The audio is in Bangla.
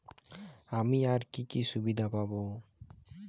আমি আর কি কি সুবিধা পাব?